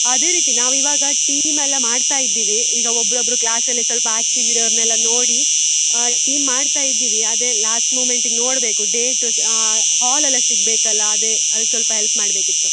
ಅದೇ ರೀತಿ ನಾವು ಇವಾಗ ಟೀಮ್ ಎಲ್ಲ ಮಾಡ್ತಾ ಇದ್ದೀವಿ ಈಗ ಒಬ್ರೊಬ್ಬರು ಕ್ಲಾಸಲ್ಲಿ ಸ್ವಲ್ಪ ಆಕ್ಟಿವ್ ಇರೋರ್ನ ಎಲ್ಲ ನೋಡಿ ಟೀಮ್ ಮಾಡ್ತಾ ಇದ್ದೀವಿ ಅದೇ ಲಾಸ್ಟ್ ಮೂಮೆಂಟಿಗೆ ನೋಡಬೇಕು ಡೇಟು ಹಾಲ್ ಎಲ್ಲ ಸಿಗಬೇಕಲ್ಲ ಅದೇ ಅದಕ್ಕೆ ಸ್ವಲ್ಪ ಎಲ್ಪ್ ಮಾಡಬೇಕಿತ್ತು